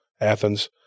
Athens